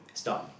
stout